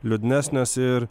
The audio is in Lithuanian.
liūdnesnės ir